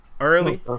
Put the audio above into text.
early